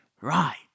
Right